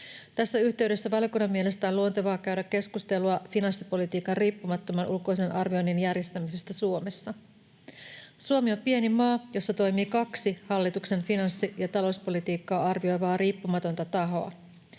Tässä yhteydessä valiokunnan mielestä on luontevaa käydä keskustelua finanssipolitiikan riippumattoman ulkoisen arvioinnin järjestämisestä Suomessa. Suomi on pieni maa, jossa toimii kaksi hallituksen finanssi- ja talouspolitiikkaa arvioivaa riippumatonta tahoa.